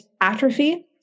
atrophy